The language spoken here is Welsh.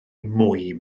mwy